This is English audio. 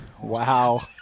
wow